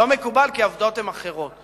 לא מקובל, כי העובדות הן אחרות.